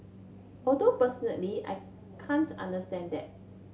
although personally I can't understand that